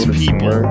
people